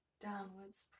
downwards